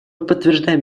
подтверждаем